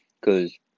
Cause